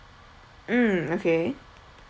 mm okay